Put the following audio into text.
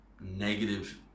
negative